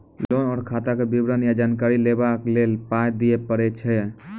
Loan आर खाताक विवरण या जानकारी लेबाक लेल पाय दिये पड़ै छै?